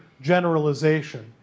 generalization